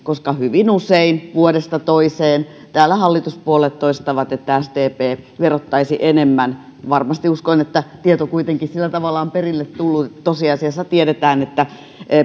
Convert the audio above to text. siksi että hyvin usein vuodesta toiseen täällä hallituspuolueet toistavat että sdp verottaisi enemmän mutta uskoen että varmasti tieto kuitenkin sillä tavalla on perille tullut että tosiasiassa tiedetään että